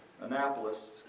Annapolis